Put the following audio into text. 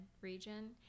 region